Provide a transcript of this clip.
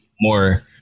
more